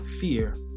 Fear